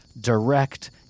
direct